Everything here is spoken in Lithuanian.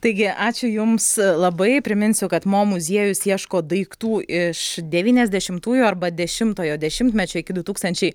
taigi ačiū jums labai priminsu kad mo muziejus ieško daiktų iš devyniasdešimtųjų arba dešimtojo dešimtmečio iki du tūkstančiai